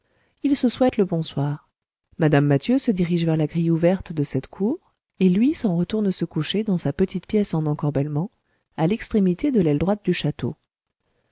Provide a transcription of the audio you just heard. ils se souhaitent le bonsoir mme mathieu se dirige vers la grille ouverte de la cour et lui s'en retourne se coucher dans sa petite pièce en encorbellement à l'extrémité de l'aile droite du château